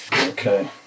Okay